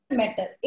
matter